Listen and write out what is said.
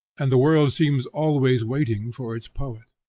and the world seems always waiting for its poet.